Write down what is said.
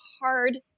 hard